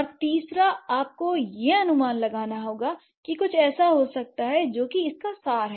और तीसरा आपको यह अनुमान लगाना होगा कि कुछ ऐसा हो सकता है जो कि इसका सार है